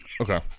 Okay